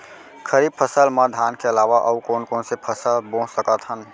खरीफ फसल मा धान के अलावा अऊ कोन कोन से फसल बो सकत हन?